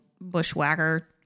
bushwhacker